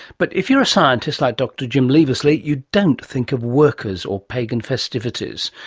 but, if you're a scientist like dr jim leavesley, you don't think of workers or pagan festivities,